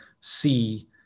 see